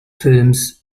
films